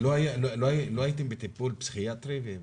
לא הייתם בטיפול פסיכיאטרי?